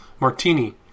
Martini